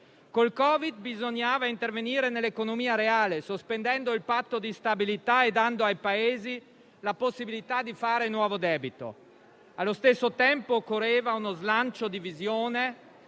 il Covid bisognava intervenire nell'economia reale, sospendendo il Patto di stabilità e dando ai Paesi la possibilità di fare nuovo debito. Allo stesso tempo occorreva uno slancio di visione,